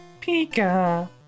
Pika